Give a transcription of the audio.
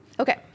Okay